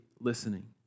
listening